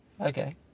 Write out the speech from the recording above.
Okay